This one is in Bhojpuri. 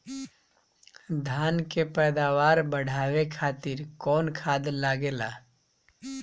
धान के पैदावार बढ़ावे खातिर कौन खाद लागेला?